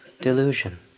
delusion